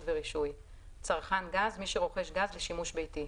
ורישוי); "צרכן גז" מי שרוכש גז לשימוש ביתי,